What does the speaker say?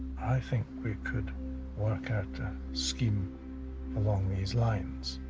i think we could work out a scheme along these lines.